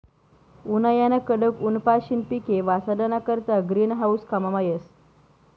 उन्हायाना कडक ऊनपाशीन पिके वाचाडाना करता ग्रीन हाऊस काममा येस